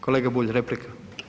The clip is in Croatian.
Kolega Bulj, replika.